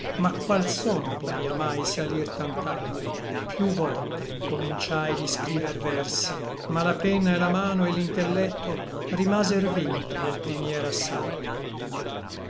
ma qual sòn poria mai salir tant'alto piú volte incominciai di scriver versi ma la penna et la mano et l'intellecto rimaser vinti nel primier assalto